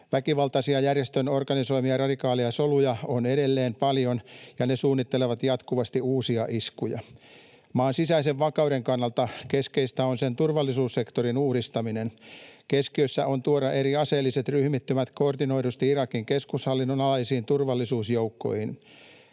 Väkivaltaisia järjestön organisoimia radikaaleja soluja on edelleen paljon, ja ne suunnittelevat jatkuvasti uusia iskuja. Maan sisäisen vakauden kannalta keskeistä on sen turvallisuussektorin uudistaminen. Keskiössä on tuoda eri aseelliset ryhmittymät koordinoidusti Irakin keskushallinnon alaisiin turvallisuusjoukkoihin.